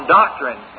doctrine